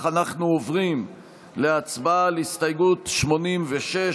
אנחנו עוברים להצבעה על הסתייגות 87,